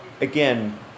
again